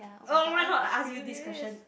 oh why not I ask you this question